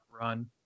run